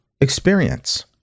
experience